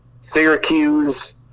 Syracuse